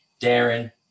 Darren